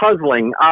puzzling